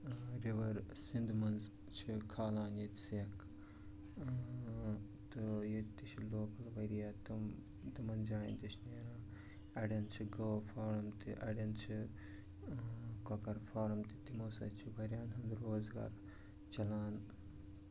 river Sindh منٛز چھِ کھالان ییٚتہِ سِٮ۪کھ تہٕ ییٚتہِ تہِ چھِ لوکَل واریاہ تِم تِمَن جاین تہِ چھِ نیران اَڑٮ۪ن چھِ گٲو فارٕم تہِ اَڑٮ۪ن چھِ کۄکَر فارٕم تہِ تِمو سۭتۍ چھِ واریاہن ہُنٛد روزگار چلان